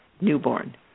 newborn